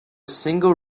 single